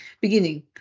beginning